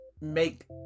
make